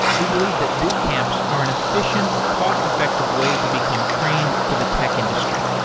we believe that boot camps are an efficient, cost-effective way to become trained for the tech industry.